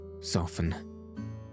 soften